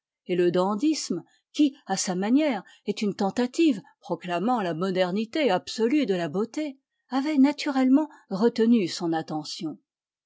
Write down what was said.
et le dandysme qui à sa manière est une tentative proclamant la modernité absolue de la beauté avaient naturellement retenu son attention